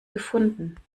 gefunden